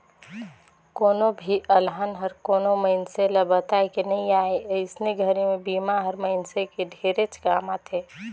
कोनो भी अलहन हर कोनो मइनसे ल बताए के नइ आए अइसने घरी मे बिमा हर मइनसे के ढेरेच काम आथे